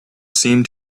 seemed